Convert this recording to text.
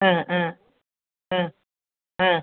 ആ ആ ആ ആ